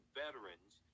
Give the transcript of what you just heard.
veterans